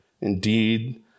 indeed